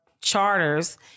charters